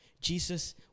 Jesus